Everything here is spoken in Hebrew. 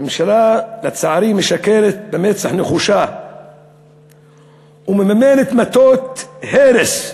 הממשלה, לצערי, משקרת במצח נחושה ומממנת מטות הרס,